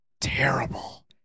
terrible